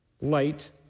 Light